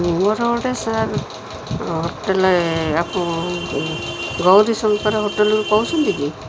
ମୋର ଗୋଟେ sir hotel ଆପଣ ଗୌରୀ ଶଙ୍କର ହୋଟେଲରୁ କହୁଛନ୍ତି କି